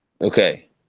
Okay